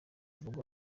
bivuga